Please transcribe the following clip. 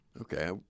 Okay